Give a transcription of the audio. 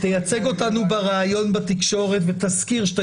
תייצג אותנו בראיון בתקשורת ותזכיר שאתה